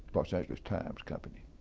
los angeles times company.